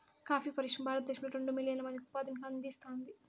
coffee పరిశ్రమ భారతదేశంలో రెండు మిలియన్ల మందికి ఉపాధిని అందిస్తాంది